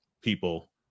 people